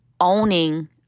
owning